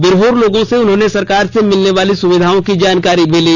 बिरहोर लोगों से उन्होंने सरकार से मिलनेवाली सुविधाओं की जानकारी ली